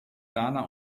dana